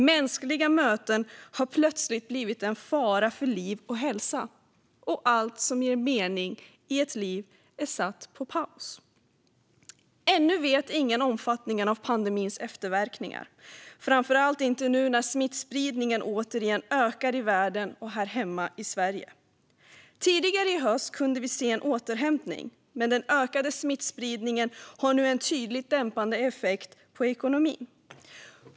Mänskliga möten har plötsligt blivit en fara för liv och hälsa. Och allt som ger mening i ett liv är satt på paus. Ännu vet ingen omfattningen av pandemins efterverkningar, framför allt inte nu när smittspridningen återigen ökar i världen och här hemma i Sverige. Tidigare i höst kunde vi se en återhämtning, men den ökade smittspridningen har nu en tydligt dämpande effekt på ekonomin.